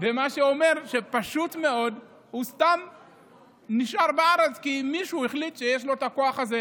זה אומר שהוא סתם נשאר בארץ כי מישהו החליט שיש לו הכוח הזה,